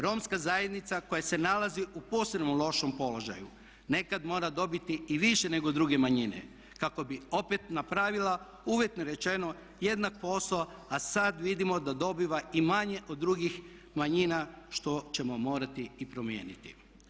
Romska zajednica koja se nalazi u posebno lošem položaju nekad mora dobiti i više nego druge manjine kako bi opet napravila uvjetno rečeno jednak posao a sad vidimo da dobiva i manje od drugih manjina što ćemo morati i promijeniti.